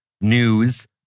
news